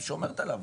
שומרת עליו,